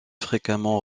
fréquemment